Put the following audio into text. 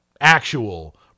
actual